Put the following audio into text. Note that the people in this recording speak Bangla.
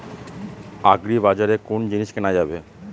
আগ্রিবাজারে কোন জিনিস কেনা যাবে?